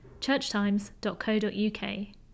churchtimes.co.uk